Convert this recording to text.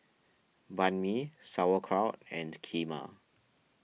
Banh Mi Sauerkraut and Kheema